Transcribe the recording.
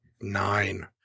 nine